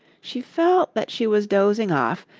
she felt that she was dozing off,